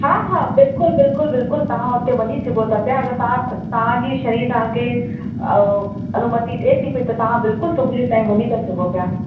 हा हा बिल्कुलु बिल्कुलु बिल्कुलु तव्हां उते वञी सघो था पिया अगरि तव्हां तव्हांखे शरीरु तव्हांखे अनूमति ॾिए थी पई त तव्हां बिल्कुलु सुबूुब जो टाईम वञी था सघो पिया